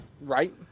Right